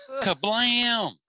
kablam